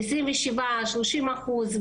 30-27 אחוז.